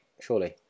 surely